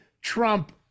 Trump